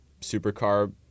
supercar